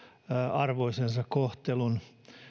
arvoisensa kohtelun